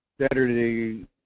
Saturday